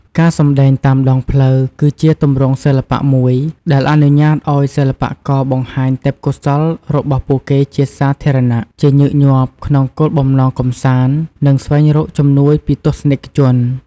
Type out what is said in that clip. ការសម្ដែងតាមដងផ្លូវ គឺជាទម្រង់សិល្បៈមួយដែលអនុញ្ញាតឱ្យសិល្បករបង្ហាញទេពកោសល្យរបស់ពួកគេជាសាធារណៈ ជាញឹកញាប់ក្នុងគោលបំណងកម្សាន្ត និងស្វែងរកជំនួយពីទស្សនិកជន។